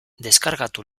deskargatu